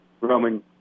Roman